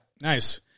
Nice